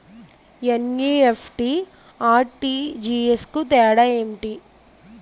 NEFT, RTGS కు తేడా ఏంటి?